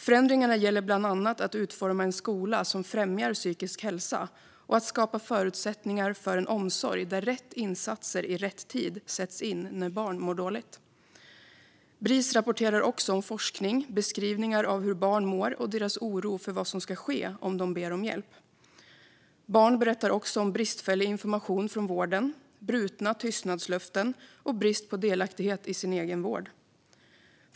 Förändringarna gäller bland annat att utforma en skola som främjar psykisk hälsa och att skapa förutsättningar för en omsorg där rätt insatser i rätt tid sätts in när barn mår dåligt. Bris rapporterar också om forskning, beskrivningar av hur barn mår och deras oro för vad som ska ske om de ber om hjälp. Barn berättar också om bristfällig information från vården, brutna tystnadslöften och brist på delaktighet i sin egen vård.